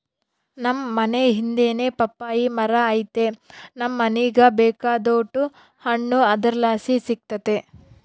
ನಮ್ ಮನೇ ಹಿಂದೆನೇ ಪಪ್ಪಾಯಿ ಮರ ಐತೆ ನಮ್ ಮನೀಗ ಬೇಕಾದೋಟು ಹಣ್ಣು ಅದರ್ಲಾಸಿ ಸಿಕ್ತತೆ